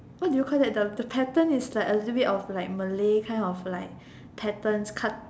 what do you call that the the pattern is like a little bit of like Malay kind of like patterns ka~